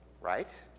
Right